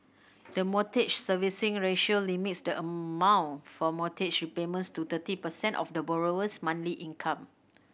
the Mortgage Servicing Ratio limits the amount for mortgage repayments to thirty percent of the borrower's monthly income